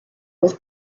was